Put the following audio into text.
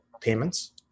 payments